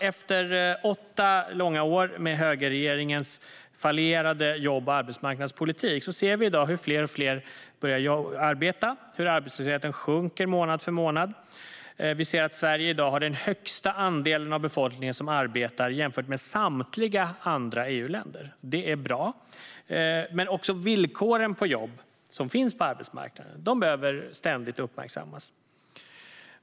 Efter åtta långa år med högerregeringens fallerade jobb och arbetsmarknadspolitik ser vi i dag att fler och fler börjar arbeta och att arbetslösheten sjunker månad för månad. Sverige har i dag den högsta andelen av befolkningen som arbetar jämfört med samtliga andra EU-länder. Det är bra. Men villkoren för jobb som finns på arbetsmarknaden behöver också ständigt uppmärksammas.